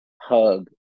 hug